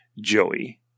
Joey